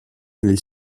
nel